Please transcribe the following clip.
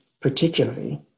particularly